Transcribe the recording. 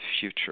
future